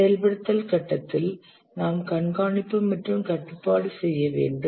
செயல்படுத்தல் கட்டத்தில் நாம் கண்காணிப்பு மற்றும் கட்டுப்பாடு செய்ய வேண்டும்